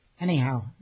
Anyhow